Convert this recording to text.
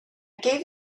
gave